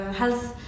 health